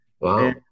Wow